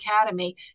Academy